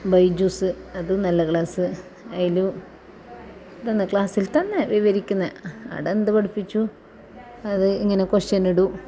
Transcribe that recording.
ബൈജൂസ് അതും നല്ല ക്ലാസ് അതിൽ തന്നെ ക്ലാസ്സിൽ തന്നെ വിവരിക്കുന്നത് അവിടെ എന്ത് പഠിപ്പിച്ചു അത് ഇങ്ങനെ ക്വസ്റ്റിൻ ഇടും